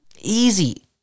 Easy